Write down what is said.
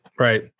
Right